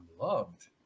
loved